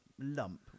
lump